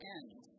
end